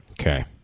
Okay